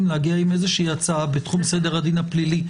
להגיע עם איזושהי הצעה בתחום סדר הדין הפלילי.